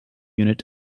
unit